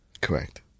Correct